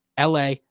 LA